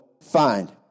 find